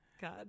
god